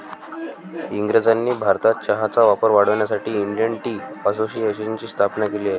इंग्रजांनी भारतात चहाचा वापर वाढवण्यासाठी इंडियन टी असोसिएशनची स्थापना केली